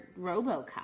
RoboCop